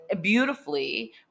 beautifully